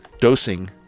dosing